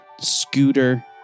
Scooter